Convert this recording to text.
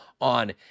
on